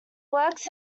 works